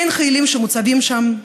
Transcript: אין חיילים שמוצבים שם,